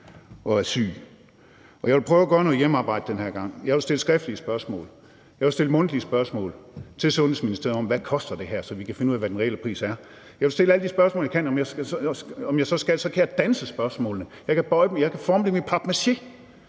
og er syg. Og jeg vil prøve at lave noget hjemmearbejde den her gang. Jeg vil stille skriftlige spørgsmål, jeg vil stille mundtlige spørgsmål til Indenrigs- og Sundhedsministeriet om, hvad det her koster, så vi kan finde ud af, hvad den reelle pris er. Jeg vil stille alle de spørgsmål, jeg kan; om jeg så skal, kan jeg danse spørgsmålene, jeg kan bøje dem, jeg kan